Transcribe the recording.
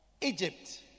Egypt